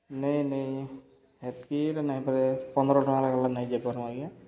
ନାଇଁ ନାଇଁ ହେତ୍କିରେ ନାଇଁ ହେଇପାରେ ପନ୍ଦ୍ର ଟଙ୍କା ଗଲା ନେଇଯାଇପାରୁ ଆଜ୍ଞା